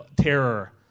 terror